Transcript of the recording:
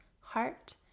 heart